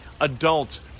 adults